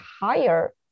higher